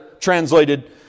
Translated